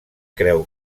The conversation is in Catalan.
creu